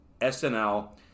SNL